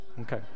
Okay